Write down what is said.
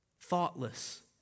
thoughtless